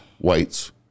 whites